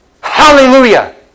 Hallelujah